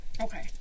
Okay